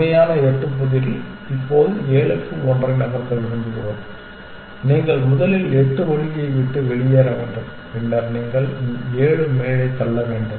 உண்மையான எட்டு புதிரில் இப்போது ஏழுக்கு ஒன்றை நகர்த்த விரும்புகிறோம் நீங்கள் முதலில் எட்டு வழியை விட்டு வெளியேற வேண்டும் பின்னர் நீங்கள் ஏழு மேலே தள்ள வேண்டும்